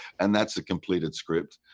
and that is the completed script.